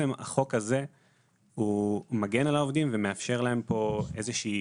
החוק הזה מגן על העובדים ומאפשר להם פה איזושהי